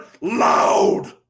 loud